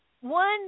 One